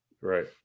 Right